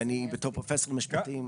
בתור פרופסור למשפטים.